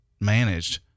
managed